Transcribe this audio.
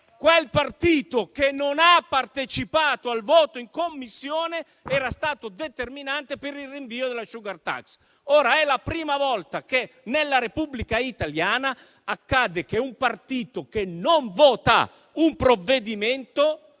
quel partito che non ha partecipato al voto in Commissione era stato determinante per il rinvio della *sugar tax*. Ora, è la prima volta che nella Repubblica italiana accade che un partito che non vota un provvedimento